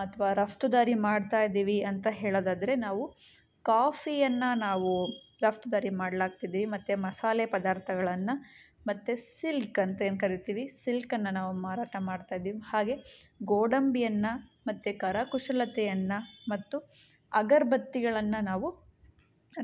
ಅಥವಾ ರಫ್ತುದಾರಿ ಮಾಡ್ತಾ ಇದ್ದೀವಿ ಅಂತ ಹೇಳೋದಾದರೆ ನಾವು ಕಾಫಿಯನ್ನು ನಾವು ರಫ್ತುದಾರಿ ಮಾಡಲಾಗ್ತಿದೆ ಮತ್ತೆ ಮಸಾಲೆ ಪದಾರ್ಥಗಳನ್ನು ಮತ್ತೆ ಸಿಲ್ಕ್ ಅಂತ ಏನು ಕರೀತಿವಿ ಸಿಲ್ಕನ್ನು ನಾವು ಮಾರಾಟ ಮಾಡ್ತಾ ಇದ್ದೀವಿ ಹಾಗೆ ಗೋಡಂಬಿಯನ್ನು ಮತ್ತೆ ಕರಕುಶಲತೆಯನ್ನು ಮತ್ತು ಅಗರಬತ್ತಿಗಳನ್ನ ನಾವು